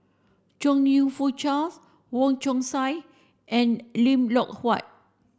Chong You Fook Charles Wong Chong Sai and Lim Loh Huat